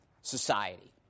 Society